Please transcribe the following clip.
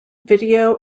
video